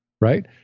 right